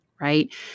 right